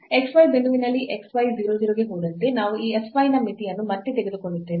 xy ಬಿಂದುವಿನಲ್ಲಿ xy 0 0 ಗೆ ಹೋದಂತೆ ನಾವು ಈ fy ನ ಮಿತಿಯನ್ನು ಮತ್ತೆ ತೆಗೆದುಕೊಳ್ಳುತ್ತೇವೆ